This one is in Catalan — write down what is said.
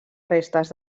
restes